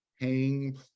paying